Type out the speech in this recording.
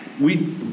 We-